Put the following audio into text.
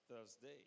Thursday